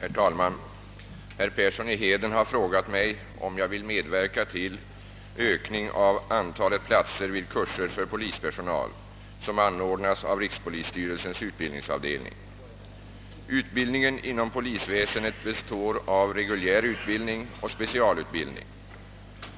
Herr talman! Herr Persson i Heden har frågat mig om jag vill medverka till ökning av antalet platser vid kurser för polispersonal, som anordnas av rikspolisstyrelsens utbildningsavdelning. Utbildningen inom polisväsendet består av reguljär utbildning och specialutbildning.